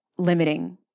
Limiting